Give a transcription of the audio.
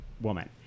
Woman